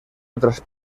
otras